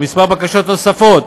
וכמה בקשות נוספות